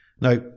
Now